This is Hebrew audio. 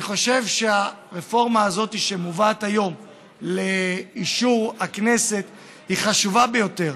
אני חושב שהרפורמה הזאת שמובאת היום לאישור הכנסת היא חשובה ביותר,